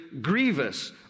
grievous